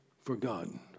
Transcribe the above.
forgotten